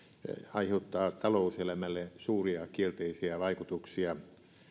aiheuttaa talouselämälle suuria kielteisiä vaikutuksia